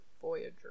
Voyager